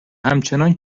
همچنان